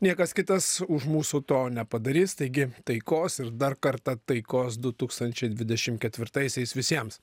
niekas kitas už mūsų to nepadarys taigi taikos ir dar kartą taikos du tūkstančiai dvidešim ketvirtaisiais visiems